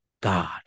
God